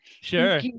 Sure